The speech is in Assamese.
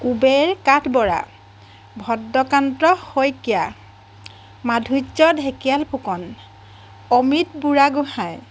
কুবেৰ কাঠবৰা ভদ্ৰকান্ত শইকীয়া মাধূৰ্য ঢেকিয়াল ফুকন অমৃত বুঢ়াগোঁহাই